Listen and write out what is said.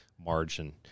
margin